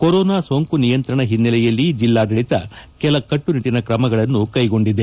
corona ಸೋಂಕು ನಿಯಂತ್ರಣ ಹಿನ್ನೆಲೆಯಲ್ಲಿ ಜಿಲ್ಲಾಡಳಿತ ಕೆಲ ಕಟ್ಟು ನಿಟ್ಟಿನ ಕ್ರಮಗಳನ್ನು ಕೈಗೊಂಡಿದೆ